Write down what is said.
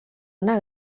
una